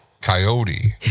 Coyote